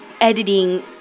editing